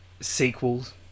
sequels